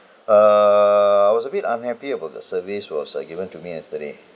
err I was a bit unhappy about the service was had given to me yesterday